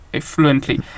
fluently